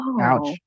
Ouch